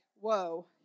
whoa